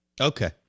Okay